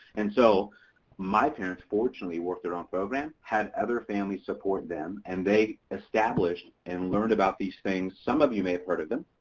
and so my parents fortunately worked their own program had other families support them and they established and learned about these things. some of you may have heard of them.